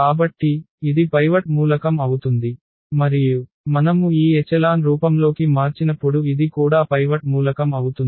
కాబట్టి ఇది పైవట్ మూలకం అవుతుంది మరియు మనము ఈ ఎచెలాన్ రూపంలోకి మార్చినప్పుడు ఇది కూడా పైవట్ మూలకం అవుతుంది